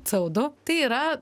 co du tai yra